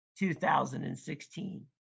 2016